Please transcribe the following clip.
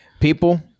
people